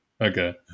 Okay